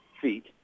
feet